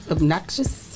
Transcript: Obnoxious